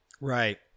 Right